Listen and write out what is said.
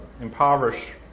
impoverish